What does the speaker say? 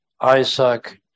isaac